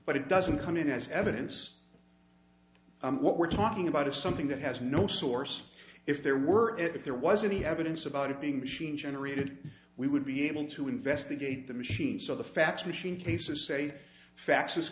but it doesn't come in as evidence what we're talking about is something that has no source if there were if there was any evidence about it being machine generated we would be able to investigate the machine so the fax machine cases say faxes